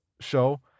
show